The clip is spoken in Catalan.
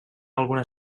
alguna